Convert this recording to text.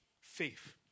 faith